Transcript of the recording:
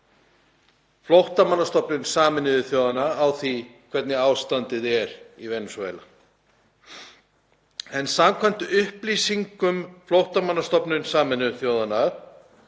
Flóttamannastofnunar Sameinuðu þjóðanna á því hvernig ástandið er í Venesúela. Samkvæmt upplýsingum Flóttamannastofnunar Sameinuðu þjóðanna